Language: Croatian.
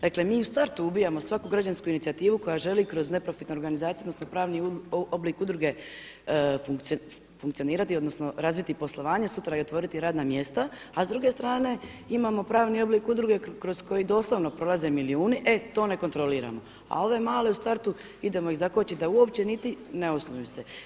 Dakle mi u startu ubijamo svaku građansku inicijativu koja želi kroz neprofitne organizacije odnosno pravni oblik udruge funkcionirati, odnosno razviti poslovanje sutra i otvoriti radne mjesta a s druge strane imamo pravni oblik udruge kroz koji doslovno prolaze milijuni, e to ne kontroliramo a ove male u startu idemo ih zakočiti da uopće niti ne osnuju se.